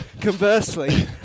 conversely